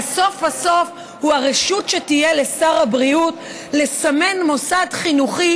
והסוף הסוף הוא הרשות שתהיה לשר הבריאות לסמן מוסד חינוכי